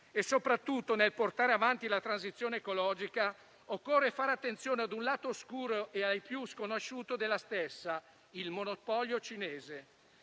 e soprattutto, nel portare avanti la transizione ecologica, occorre fare attenzione ad un lato oscuro e ai più sconosciuto della stessa: il monopolio cinese.